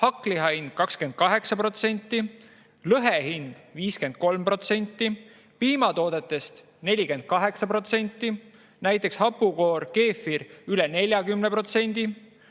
hakkliha hind 28%, lõhe hind 53%. Piimatooted 48%, näiteks hapukoor ja keefir üle 40%.